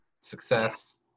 success